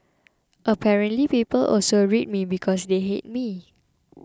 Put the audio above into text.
apparently people also read me because they hate me